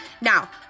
Now